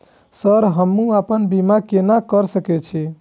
Sir हमू अपना बीमा केना कर सके छी?